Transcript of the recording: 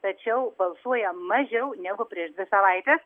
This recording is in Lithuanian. tačiau balsuoja mažiau negu prieš dvi savaites